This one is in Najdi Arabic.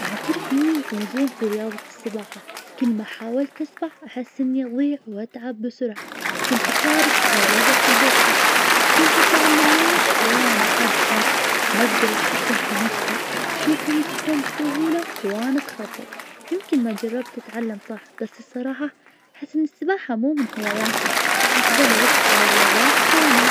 آغرب حيوان شفتة كان الكسلان, شفته في حديقة الحيوانات بالرياض, كان يعلق فوق النشجرة- بشكل مريب, وكل حركته بطيئة مرة, كنت أتابعه وأقول في نفسي, كيف يعيش بهالطريقة, صحيح انه غريب لكن في نفس الوقت كان له شكل ظريف ومضحك, كانت تجربتي حلوة, و خليط من الريبة والاستغراب.